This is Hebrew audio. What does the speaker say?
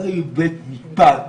ואחרי בית משפט